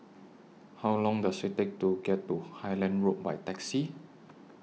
How Long Does IT Take to get to Highland Road By Taxi